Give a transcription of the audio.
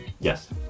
Yes